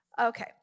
Okay